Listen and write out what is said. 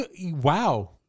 wow